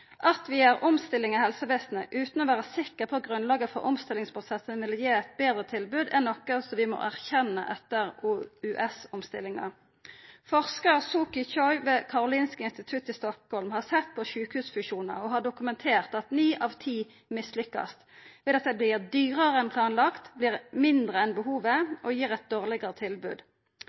At vi gjer omstillingar i helsevesenet utan å vera sikre på at grunnlaget for omstillingsprosessane vil gi eit betre tilbod, er noko som vi må erkjenna etter OUS-omstillinga. Forskar Soki Choi ved Karolinska Institutet i Stockholm har sett på sjukehusfusjonar og har dokumentert at ni av ti mislykkast ved dei vert dyrare enn planlagde, mindre enn behovet og gir eit dårlegare tilbod.